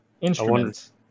instruments